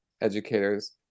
educators